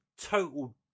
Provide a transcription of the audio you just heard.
total